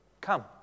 come